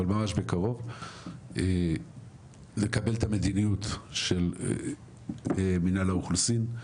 אבל ממש בקרוב לקבל את המדיניות של מנהל האוכלוסין,